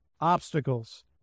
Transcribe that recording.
obstacles